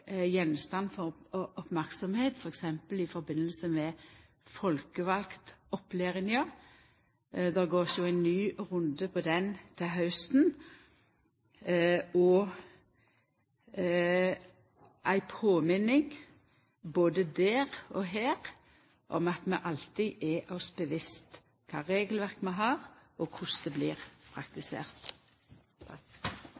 gjenstand for merksemd, f.eks. i samband med folkevaldopplæringa. Der skal vi gå ein ny runde til hausten og minna oss på, både der og her, at vi alltid er oss bevisste kva regelverk vi har, og korleis det blir